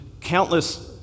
countless